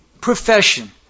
profession